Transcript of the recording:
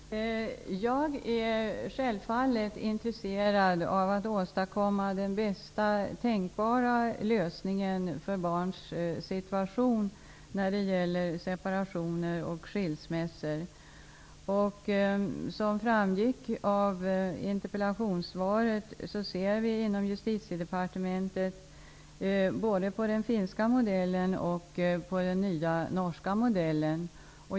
Herr talman! Jag är självfallet intresserad av att åstadkomma den bästa tänkbara lösningen för barns situation när det gäller separationer och skilsmässor. Som framgick av interpellationssvaret ser vi inom Justitiedepartementet både på den finska modellen och på den nya norska modellen.